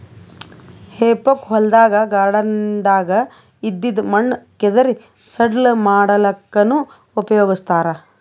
ಹೆಫೋಕ್ ಹೊಲ್ದಾಗ್ ಗಾರ್ಡನ್ದಾಗ್ ಇದ್ದಿದ್ ಮಣ್ಣ್ ಕೆದರಿ ಸಡ್ಲ ಮಾಡಲ್ಲಕ್ಕನೂ ಉಪಯೊಗಸ್ತಾರ್